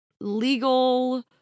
legal